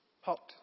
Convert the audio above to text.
hot